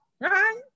right